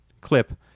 clip